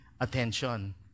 attention